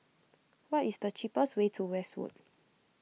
what is the cheapest way to Westwood